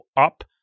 up